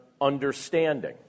understanding